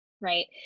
Right